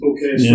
Okay